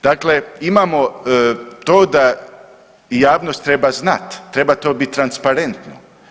Dakle, imamo to da javnost treba znati, treba to biti transparentno.